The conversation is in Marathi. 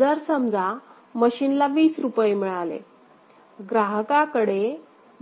जर समजा मशीन ला २० रुपये मिळाले ग्राहका कडे